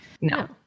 No